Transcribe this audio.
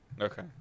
Okay